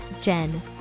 Jen